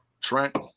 Trent